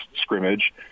scrimmage